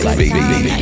baby